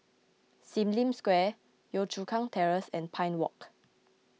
Sim Lim Square Yio Chu Kang Terrace and Pine Walk